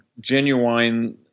genuine